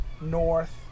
north